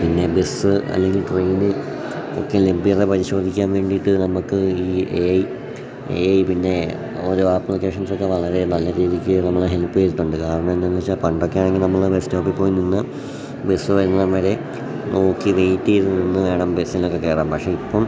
പിന്നെ ബസ്സ് അല്ലെങ്കിൽ ട്രെയിൻ ഒക്കെ ലഭ്യത പരിശോധിക്കാൻ വേണ്ടിയിട്ട് നമുക്ക് ഈ എ ഐ എ ഐ പിന്നെ ഓരോ ആപ്ലിക്കേഷൻസൊക്കെ വളരെ നല്ല രീതിക്ക് നമ്മളെ ഹെൽപ്പ് ചെയ്തിട്ടുണ്ട് കാരണം എന്താണെന്നു വെച്ചാൽ പണ്ടൊക്കെയാണെങ്കിൽ നമ്മൾ ബസ്സ് സ്റ്റോപ്പിൽ പോയി നിന്ന് ബസ്സ് വരുന്നതു വരെ നോക്കി വെയ്റ്റ് ചെയ്തു നിന്ന് വേണം ബസ്സിനൊക്കെ കയറുക പക്ഷെ ഇപ്പം